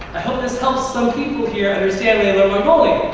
this helps some people here understand and when